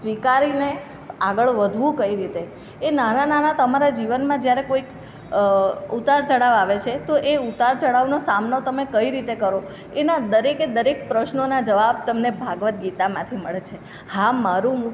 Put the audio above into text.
સ્વીકારીને આગળ વધવું કઈ રીતે એ નાના નાના તમારા જીવનમાં જ્યારે કોઈક ઉતાર ચઢાવ આવે છે તો એ ઉતાર ચઢાવનો સામનો તમે કઈ રીતે કરો એના દરેકે દરેક પ્રશ્નોના જવાબ તમને ભગવદ્ ગીતામાંથી મળે છે હા મારું